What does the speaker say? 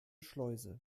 schleuse